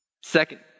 Second